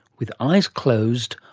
with eyes closed,